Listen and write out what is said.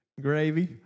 gravy